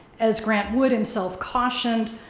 as grant wood himself cautioned,